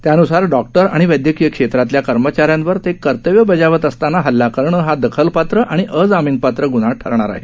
त्यानुसार डॉक्टर आणि वैद्यकीय क्षेत्रातल्या कर्मचाऱ्यांवर ते कर्तव्य बजावत असताना हल्ला करणं हा दखलपात्र आणि अजामीनपात्र गुन्हा ठरणार आहे